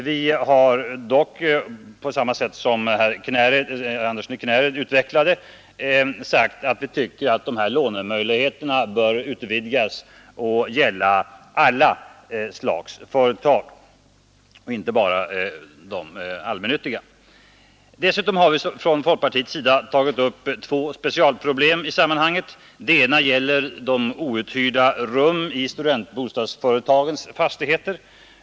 Vi har dock, på samma sätt som herr Andersson i Knäred utvecklade, sagt att vi tycker att de här lånemöjligheterna bör utvidgas och gälla alla slags företag, alltså inte bara de allmännyttiga. Dessutom har vi från folkpartiets sida tagit upp två specialproblem i sammanhanget. Det ena gällde outhyrda rum i studentbostadsföretagens fastigheter.